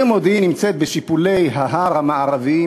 העיר מודיעין נמצאת בשיפולי ההר המערביים,